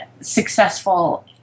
successful